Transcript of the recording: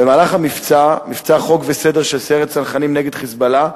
במהלך מבצע "חוק וסדר" של סיירת צנחנים נגד "חיזבאללה"